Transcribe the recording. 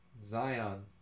Zion